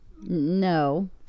no